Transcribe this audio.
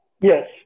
Yes